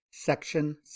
Section